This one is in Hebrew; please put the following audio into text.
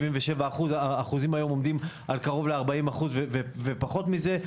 77%. האחוזים היום עומדים על קרוב ל-40 ופחות מזה.